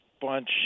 bunch